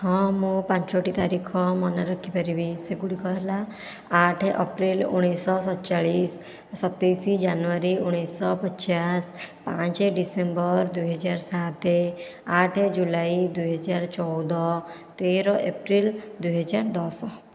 ହଁ ମୁଁ ପାଞ୍ଚଟି ତାରିଖ ମନେ ରଖିପାରିବି ସେଗୁଡ଼ିକ ହେଲା ଆଠ ଅପ୍ରେଲ ଉଣେଇଶହ ସତଚାଳିଶ ସତେଇଶ ଜାନୁଆରୀ ଉଣେଇଶହ ପଚାଶ ପାଞ୍ଚ ଡିସେମ୍ବର ଦୁଇ ହଜାର ସାତ ଆଠ ଜୁଲାଇ ଦୁଇ ହଜାର ଚଉଦ ତେର ଏପ୍ରିଲ ଦୁଇ ହଜାର ଦଶ